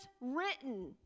written